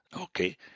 okay